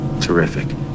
Terrific